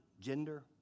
gender